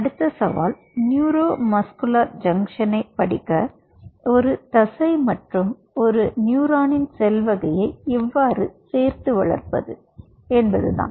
அடுத்த சவால் neuro muscular ஜங்ஷனை படிக்க ஒரு தசை மற்றும் ஒரு நியூரானின் செல் வகையை எவ்வாறு சேர்த்து வளர்ப்பது என்பதுதான்